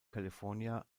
california